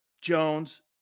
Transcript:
Jones